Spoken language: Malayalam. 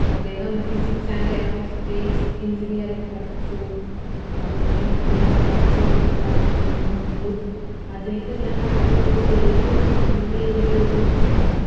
അദ്ദേഹം physics and aerospace engineering പഠിച്ചു നമ്മുടെ ഇന്ത്യൻ്റെ വളർച്ചയിൽ ഒരുപാട് പങ്കുകൊണ്ടു അദ്ദേഹം ഞാൻ കണ്ടതില് വെച്ച് ഏറ്റവും എളിമയേറിയ ഒരു മനുഷ്യനാണ്